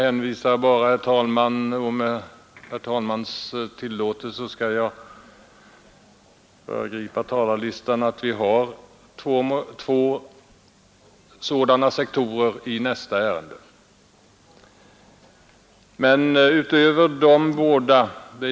Med herr talmannens tillåtelse skall jag föregripa ordningen på föredragningslistan och nämna att vi har två sådana sektorer till behandling i nästa ärende.